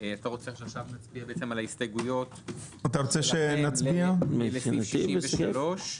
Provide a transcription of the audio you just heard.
אתה רוצה שנצביע על ההסתייגויות שלכם לסעיף 63?